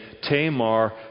Tamar